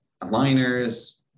aligners